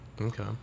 Okay